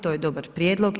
To je dobar prijedlog.